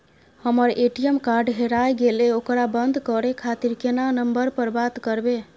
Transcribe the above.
हमर ATM card हेराय गेले ओकरा बंद करे खातिर केना नंबर पर बात करबे?